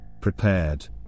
prepared